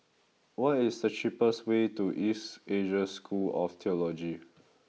what is the cheapest way to East Asia School of Theology